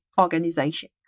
organization